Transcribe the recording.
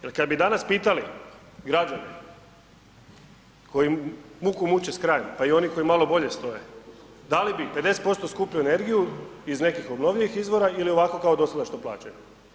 Jel kada bi danas pitali građane koji muku muče s krajem pa i oni koji malo bolje stoje, da li bi 50% skuplju energiju iz nekih obnovljivih izvora ili ovako kao što do sada plaćaju?